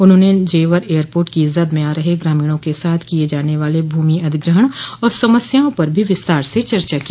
उन्होंने जेवर एयरपोर्ट की जद में आ रह ग्रामीणों के साथ किये जाने वाले भूमि अधिग्रहण और समस्याओं पर भी विस्तार से चर्चा की